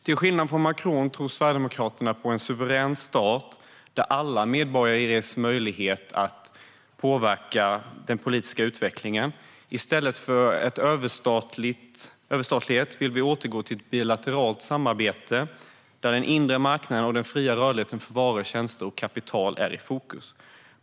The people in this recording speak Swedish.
Till skillnad från Macron tror Sverigedemokraterna på en suverän stat där alla medborgare ges möjlighet att påverka den politiska utvecklingen. I stället för överstatlighet vill vi återgå till ett bilateralt samarbete där den inre marknaden och den fria rörligheten för varor, tjänster och kapital är i fokus.